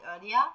earlier